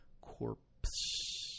corpse